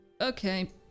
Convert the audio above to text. Okay